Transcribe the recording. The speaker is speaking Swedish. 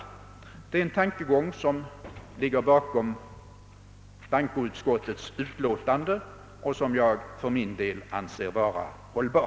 Det är den tankegången som ligger bakom bankoutskottets utlåtande och som jag för min del anser vara hållbar.